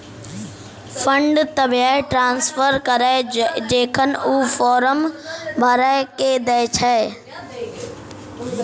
fund तभिये transfer करऽ जेखन ऊ फॉर्म भरऽ के दै छै